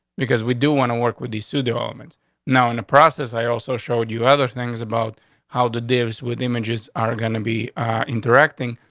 because we do want to work with these two developments now in the process. i also showed you other things about how the deals with images are gonna be interacting.